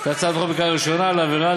את הצעת החוק בקריאה ראשונה ולהעבירה